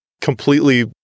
completely